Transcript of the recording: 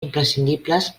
imprescindibles